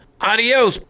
Adios